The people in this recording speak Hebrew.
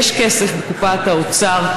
יש כסף בקופת האוצר.